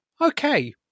okay